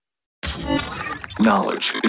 Knowledge